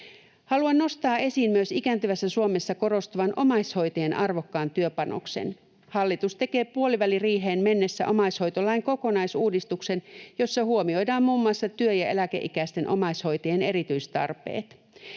Haluan nostaa esiin myös ikääntyvässä Suomessa korostuvan omaishoitajien arvokkaan työpanoksen. Hallitus tekee puoliväliriiheen mennessä omaishoitolain kokonaisuudistuksen, jossa huomioidaan muun muassa työ‑ ja eläkeikäisten omaishoitajien erityistarpeet.